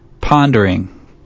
pondering